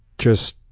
just